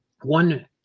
one